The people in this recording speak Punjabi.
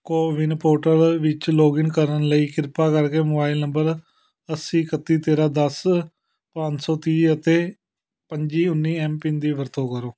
ਕੋਵਿਨ ਪੋਰਟਲ ਵਿੱਚ ਲੌਗਇਨ ਕਰਨ ਲਈ ਕਿਰਪਾ ਕਰਕੇ ਮੋਬਾਈਲ ਨੰਬਰ ਅੱਸੀ ਇਕੱਤੀ ਤੇਰਾਂ ਦਸ ਪੰਜ ਸੋ ਤੀਹ ਅਤੇ ਪੱਚੀ ਉੱਨੀ ਐੱਮ ਪਿੰਨ ਦੀ ਵਰਤੋਂ ਕਰੋ